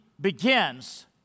begins